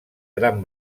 tram